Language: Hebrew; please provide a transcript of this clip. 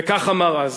וכך אמר אז: